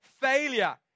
failure